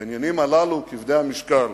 בעניינים הללו כבדי המשקל